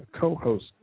co-host